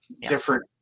different